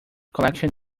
collection